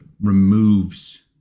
removes